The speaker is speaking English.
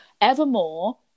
Evermore